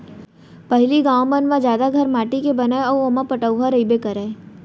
पहिली गॉंव मन म जादा घर माटी के बनय अउ ओमा पटउहॉं रइबे करय